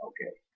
Okay